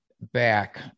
back